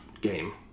game